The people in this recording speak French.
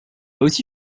aussi